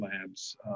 Labs